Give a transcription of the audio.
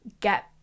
get